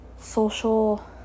social